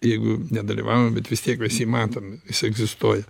jeigu nedalyvavom bet vis tiek mes jį matom jis egzistuoja